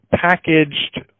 Packaged